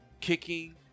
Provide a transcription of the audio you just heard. kicking